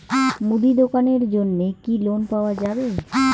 মুদি দোকানের জন্যে কি লোন পাওয়া যাবে?